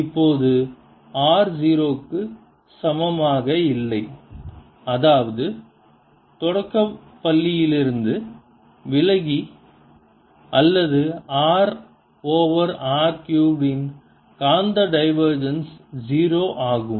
இப்போது r 0 க்கு சமமாக இல்லை அதாவது தொடக்கப் பள்ளியிலிருந்து விலகி அல்லது r ஓவர் r கியூப் இன் காந்த டிவர்ஜென்ஸ் 0 ஆகும்